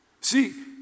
See